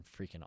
freaking